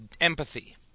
empathy